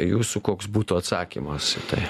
jūsų koks būtų atsakymas į tai